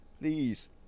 Please